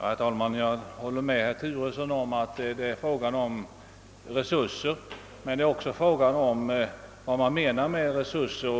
Herr talman! Jag håller med herr Turesson om att det är en fråga om resurser, men det är också en fråga om vad man menar med resurser.